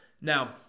Now